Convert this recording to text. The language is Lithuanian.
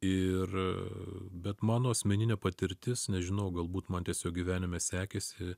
ir bet mano asmeninė patirtis nežinau galbūt man tiesiog gyvenime sekėsi